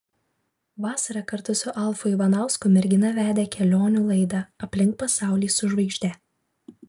vasarą kartu su alfu ivanausku mergina vedė kelionių laidą aplink pasaulį su žvaigžde